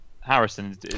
Harrison